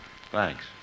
Thanks